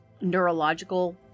neurological